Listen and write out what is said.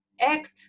act